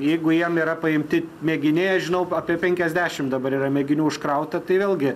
jeigu jiem yra paimti mėginiai aš žinau apie penkiasdešimt dabar yra mėginių užkrauta tai vėlgi